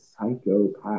psychopath